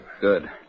Good